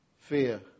Fear